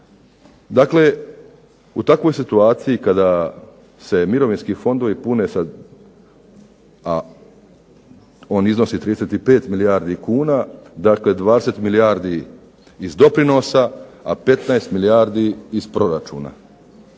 Dakle, u takvoj situaciji kada se mirovinski fondovi pune se, a on iznosi 35 milijuna kuna, dakle 20 milijardi iz doprinosa, a 15 milijardi iz proračuna.